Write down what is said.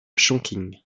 chongqing